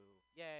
Yay